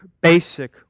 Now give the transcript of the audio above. basic